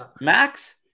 Max